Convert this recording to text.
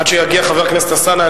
עד שיגיע חבר הכנסת אלסאנע,